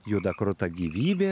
juda kruta gyvybė